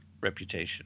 reputation